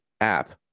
app